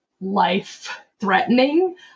life-threatening